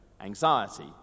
anxiety